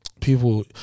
people